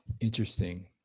interesting